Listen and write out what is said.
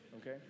okay